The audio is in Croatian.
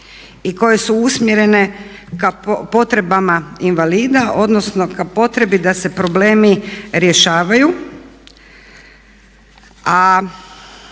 i koje su usmjerene ka potrebama invalida odnosno ka potrebi da se problemi rješavaju,